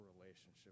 relationship